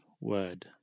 word